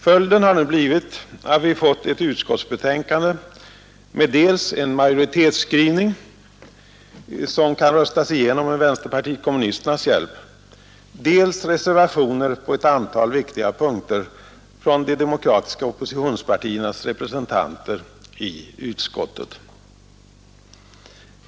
Följden har nu blivit att vi fått ett utskottsbetänkande med dels en majoritetsskrivning som kan röstas igenom med vänsterpartiet kommunisternas hjälp, dels reservationer på ett antal viktiga punkter från de demokratiska oppositionspartiernas representanter i utskottet.